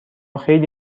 خیلی